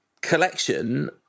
collection